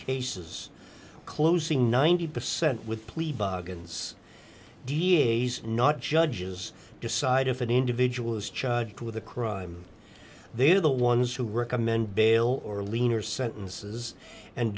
cases closing ninety percent with plea bargains da's not judges decide if an individual is charged with a crime they're the ones who recommend bail or leaner sentences and